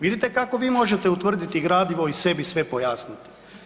Vidite kako vi možete utvrditi gradivo i sebi sve pojasniti.